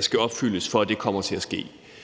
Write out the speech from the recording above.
skal opfyldes, før det kommer til at ske.